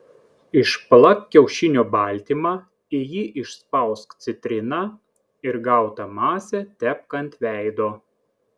išplak kiaušinio baltymą į jį išspausk citriną ir gautą masę tepk ant veido